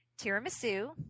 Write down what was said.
tiramisu